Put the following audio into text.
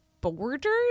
borders